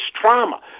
trauma